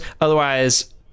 Otherwise